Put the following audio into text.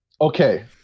Okay